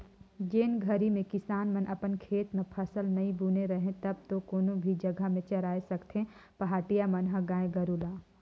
जेन घरी में किसान मन अपन खेत म फसल नइ बुने रहें तब तो कोनो भी जघा में चराय सकथें पहाटिया मन ह गाय गोरु ल